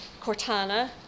Cortana